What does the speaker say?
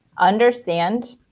understand